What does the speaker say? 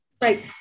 Right